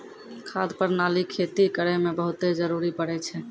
खाद प्रणाली खेती करै म बहुत जरुरी पड़ै छै